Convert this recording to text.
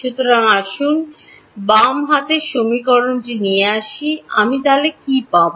সুতরাং আসুন 1 বাম হাতের সমীকরণটি নিয়ে আসি আমি কী পাব